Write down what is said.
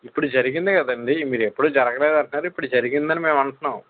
ఇప్పుడు జరిగిందే కదండి మీరు ఎప్పుడు జరగలేదు అంటున్నారు ఇప్పుడు జరిగింది అని మేము అంటున్నాము